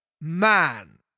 Man